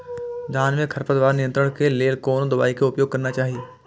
धान में खरपतवार नियंत्रण के लेल कोनो दवाई के उपयोग करना चाही?